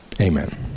Amen